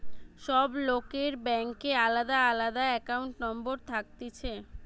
সব লোকের ব্যাংকে আলদা আলদা একাউন্ট নম্বর থাকতিছে